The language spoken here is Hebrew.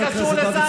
מה זה קשור?